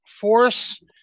force